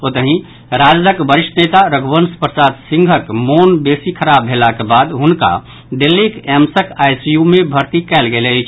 ओतहि राजदक वरिष्ठ नेता रघुवंश प्रसाद सिंहक मोन बेसी खराब भेलाक बाद हुनका दिल्लीक एम्सक आईसीयू मे भर्ती कयल गेल अछि